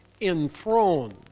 enthroned